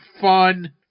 fun